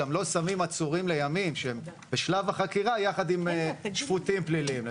גם לא שמים עצורים לימים שהם בשלב החקירה יחד עם שפוטים פליליים,